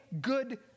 good